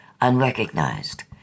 unrecognized